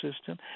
system